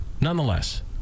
nonetheless